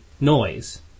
noise